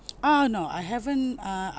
uh no I haven't uh